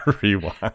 rewind